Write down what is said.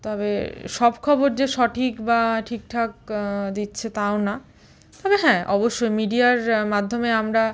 তবে সব খবর যে সঠিক বা ঠিকঠাক দিচ্ছে তাও না তবে হ্যাঁ অবশ্যই মিডিয়ার মাধ্যমে আমরা